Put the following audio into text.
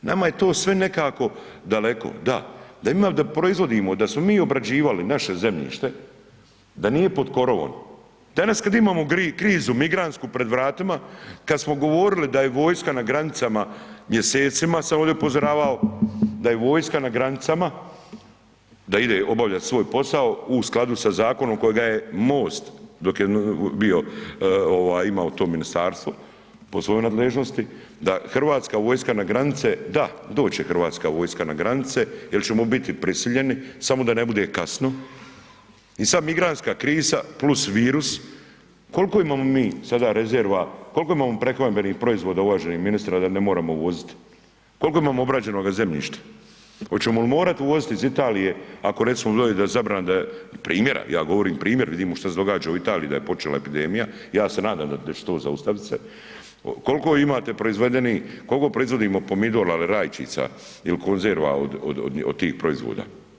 Nama je to sve nekako daleko, da, da imamo da proizvodimo, da smo mi obrađivali naše zemljište da nije pod korovom, danas kad imamo krizu migrantsku pred vratima, kad smo govorili da je vojska na granicama, mjesecima sam ovdje upozoravao, da je vojska na granicama, da ide obavljat svoj posao u skladu sa Zakonom kojega je MOST dok je bio, imao to Ministarstvo pod svojom nadležnosti, da hrvatska vojska na granice, da doć' će hrvatska vojska na granice, jer ćemo biti prisiljeni, samo da ne bude kasno, i sad migranstka kriza plus virus, kol'ko imamo mi sada rezerva, kol'ko imamo prehrambenih proizvoda uvaženi ministre a da ne moramo uvoziti, koliko imamo obrađenoga zemljišta, hoćemo li morati uvoziti iz Italije ako recimo dođe da zabrana da je, primjera, ja govorim primjer, vidimo što se događa u Italiji da je počela epidemija, ja se nadam da će to zaustavit se, kol'ko imate proizvedenih, koliko proizvodimo pomidora ili rajčica, ili konzerva od tih proizvoda.